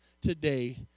today